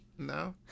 No